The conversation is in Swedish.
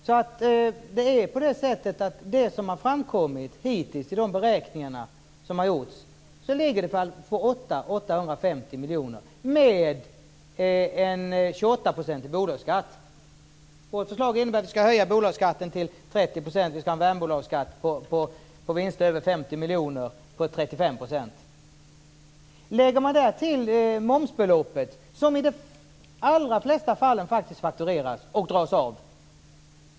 Hittills har det framkommit av de beräkningar som har gjorts att den ligger på 800-850 miljoner med en bolagsskatt på 28 %. Vårt förslag innebär att vi skall höja bolagsskatten till 30 % och att vi skall ha en värnbolagsskatt på vinster över 50 miljoner på 35 %. Därtill kan man lägga momsbeloppet, som i de allra flesta fallen faktureras och dras av.